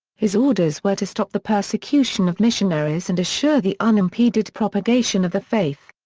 his orders were to stop the persecution of missionaries and assure the unimpeded propagation of the faith.